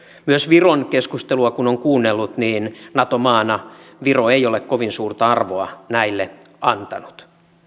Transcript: myös viron keskustelua kun on kuunnellut niin nato maana viro ei ole kovin suurta arvoa näille antanut